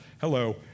Hello